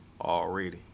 Already